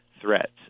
threats